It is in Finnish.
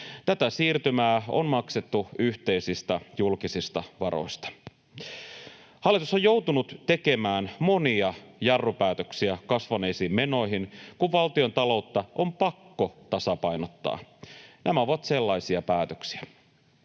Tätä siirtymää on maksettu yhteisistä julkisista varoista. Hallitus on joutunut tekemään monia jarrupäätöksiä kasvaneisiin menoihin, kun valtiontaloutta on pakko tasapainottaa. Nämä ovat sellaisia päätöksiä.